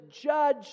judge